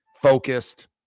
focused